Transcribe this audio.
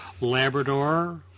Labrador